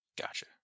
Gotcha